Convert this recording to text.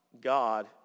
God